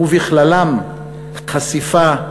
ובכללם חשיפה,